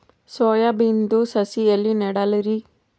Soya ಬಿನದು ಸಸಿ ಎಲ್ಲಿ ನೆಡಲಿರಿ?